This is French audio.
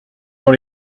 dans